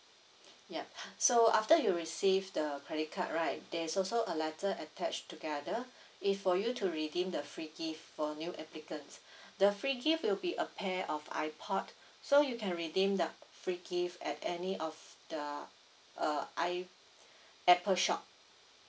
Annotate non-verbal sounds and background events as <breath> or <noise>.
yup so after you receive the credit card right there is also a letter attached together it for you to redeem the free gift for new applicants <breath> the free gift will be a pair of ipod so you can redeem the free gift at any of the uh I apple shop